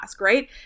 right